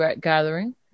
gathering